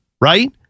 right